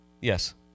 Yes